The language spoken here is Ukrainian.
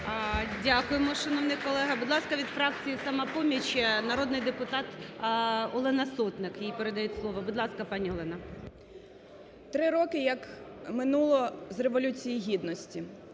Дякуємо, шановний колего. Будь ласка, від фракції "Самопоміч" народний депутат Олена Сотник. Їй передають слово. Будь ласка, пані Олена. 10:24:39 СОТНИК О.С. Три роки як минуло з Революції Гідності.